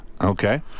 Okay